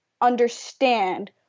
understand